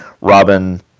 Robin